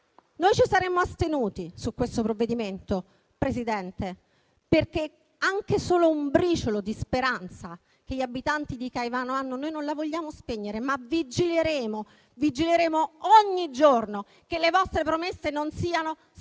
Ci saremmo astenuti su questo provvedimento, però, signor Presidente, perché anche solo un briciolo di speranza che hanno gli abitanti di Caivano noi non la vogliamo spegnere, vigileremo: vigileremo ogni giorno che le vostre promesse non siano state